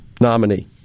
nominee